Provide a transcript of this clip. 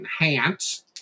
enhance